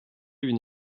une